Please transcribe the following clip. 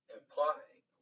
implying